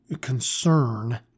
concern